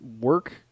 work